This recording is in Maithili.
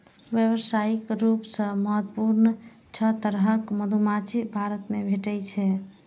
व्यावसायिक रूप सं महत्वपूर्ण छह तरहक मधुमाछी भारत मे भेटै छै